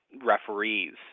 referees